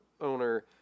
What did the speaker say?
owner